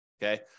Okay